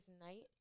night